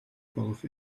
golf